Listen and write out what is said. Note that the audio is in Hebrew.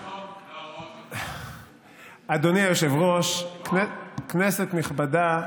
אדוני היושב-ראש, כנסת נכבדה,